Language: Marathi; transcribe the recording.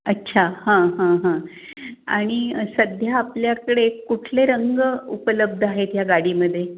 अच्छा हां हां हां आणि सध्या आपल्याकडे कुठले रंग उपलब्ध आहेत ह्या गाडीमध्ये